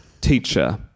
teacher